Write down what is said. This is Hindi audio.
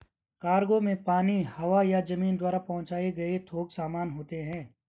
कार्गो में पानी, हवा या जमीन द्वारा पहुंचाए गए थोक सामान होते हैं